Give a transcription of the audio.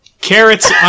Carrots